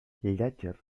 llàtzer